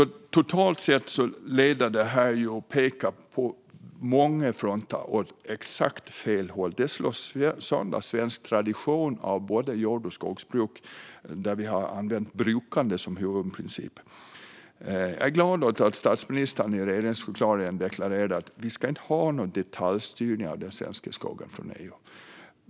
Totalt sett pekar detta på många fronter åt helt fel håll. Det slår sönder svensk tradition när det gäller både jord och skogsbruk, där vi har använt brukande som huvudprincip. Jag är glad över att statsministern i regeringsförklaringen deklarerade att vi inte ska någon detaljstyrning från EU av den svenska skogen.